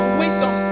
wisdom